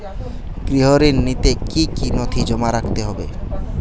গৃহ ঋণ নিতে কি কি নথি জমা রাখতে হবে?